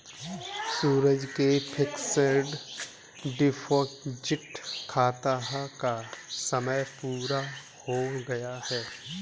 सूरज के fixed deposit खाता का समय पूरा हो गया है